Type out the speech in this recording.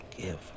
Give